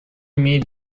имеет